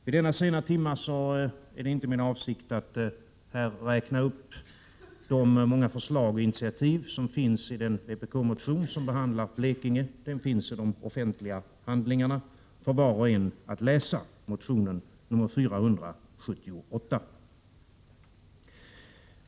Vid denna sena timme är det inte min avsikt att här räkna upp de många förslag och initiativ som den vpk-motion som behandlar Blekinge innehåller. Var och en kan i de offentliga handlingarna läsa motion A478.